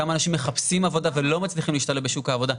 כמה אנשים מחפשים עבודה ולא מצליחים להשתלב בשוק העבודה,